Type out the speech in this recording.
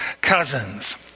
cousins